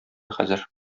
хәзер